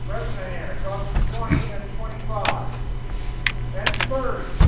bresnahan across the twenty and twenty five and thirty.